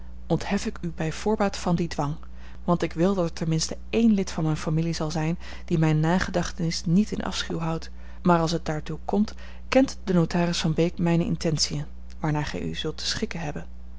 onthef ik u bij voorbaat van dien dwang want ik wil dat er ten minste één lid van mijne familie zal zijn die mijne nagedachtenis niet in afschuw houdt maar als het daartoe komt kent de notaris van beek mijne intentiën waarnaar gij u zult te schikken hebben